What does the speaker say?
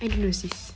I don't know sis